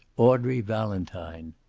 audrey valentine.